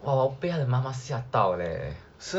!wah! 我被他的妈妈吓到 leh